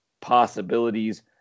possibilities